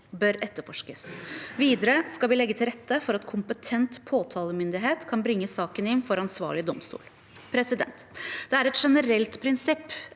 bør etterforskes. Videre skal vi legge til rette for at kompetent påtalemyndighet kan bringe saken inn for ansvarlig domstol. Det er et generelt prinsipp